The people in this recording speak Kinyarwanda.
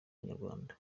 inyarwanda